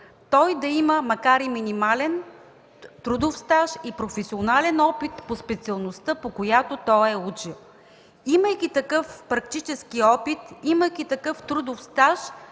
той да има, макар и минимален, трудов стаж и професионален опит по специалността, по която е учил. Имайки такъв практически опит, имайки такъв трудов стаж,